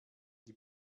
die